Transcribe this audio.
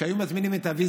כשהיו מזמינים את אבי,